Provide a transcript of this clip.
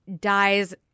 dies